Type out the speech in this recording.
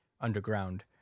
underground